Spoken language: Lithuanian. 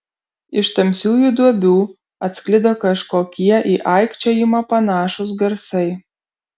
iš tamsiųjų duobių atsklido kažkokie į aikčiojimą panašūs garsai